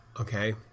Okay